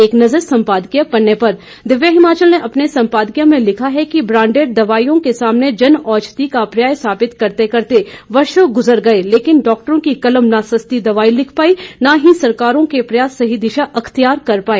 एक नज़र सम्पादकीय पन्ने पर दिव्य हिमाचल ने अपने संपादकीय में लिखा है ब्रांडेड दवाइयों के सामने जनऔषधि का पर्याय साबित करते करते वर्षो गुजर गए लेकिन डाक्टरों की कलम न सस्ती दवाई लिख पाई न ही सरकारों के प्रयास सही दिशा अख्तियार कर पाए